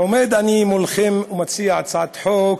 עומד אני מולכם ומציע הצעת חוק,